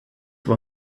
war